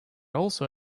also